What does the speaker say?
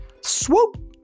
Swoop